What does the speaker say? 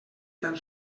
tan